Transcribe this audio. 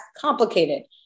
complicated